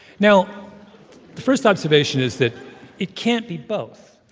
now, the first observation is that it can't be both,